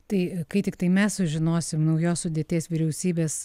tai kai tiktai mes sužinosim naujos sudėties vyriausybės